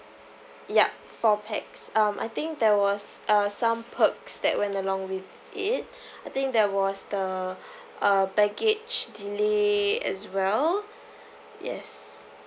yup four pax um I think there was uh some perks that went along with it I think there was the uh baggage delay as well yes